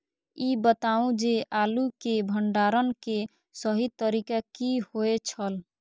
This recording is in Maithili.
ई बताऊ जे आलू के भंडारण के सही तरीका की होय छल?